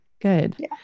good